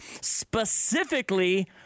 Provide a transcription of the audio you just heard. specifically